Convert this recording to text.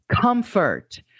comfort